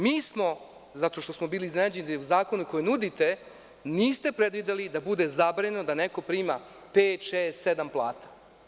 Mi smo, zato što smo bili iznenađeni da u zakonu koji nudite niste predvideli da bude zabranjeno da neko prima pet, šest, sedam plata.